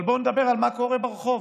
אבל בואו נדבר על מה שקורה ברחוב.